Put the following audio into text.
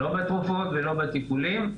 לא בתרופות ולא בטיפולים.